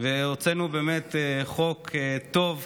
והוצאנו באמת חוק טוב,